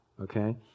Okay